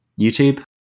youtube